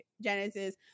Genesis